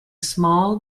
small